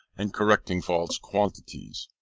and correcting false quantities.